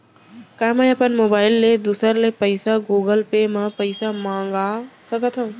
का मैं अपन मोबाइल ले दूसर ले पइसा गूगल पे म पइसा मंगा सकथव?